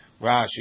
Rashi